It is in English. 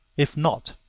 if not,